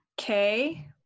okay